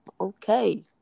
Okay